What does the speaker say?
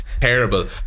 terrible